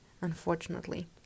Unfortunately